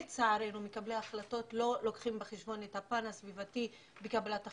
לצערנו מקבלי ההחלטות לא לוקחים בחשבון את הפן הסביבתי בקבלת החלטות.